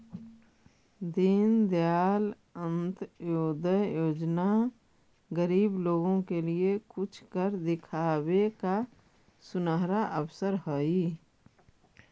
दीनदयाल अंत्योदय योजना गरीब लोगों के लिए कुछ कर दिखावे का सुनहरा अवसर हई